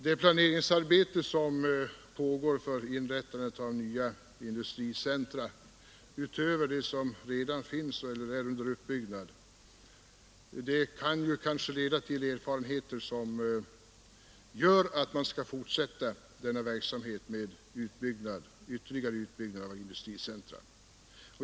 Det planeringsarbete som pågår för inrättandet av nya industricentra utöver dem som redan finns eller är under uppbyggnad kan ju kanske leda till erfarenheter som gör att man finner att en ytterligare utbyggnad av industricentra bör ske.